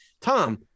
Tom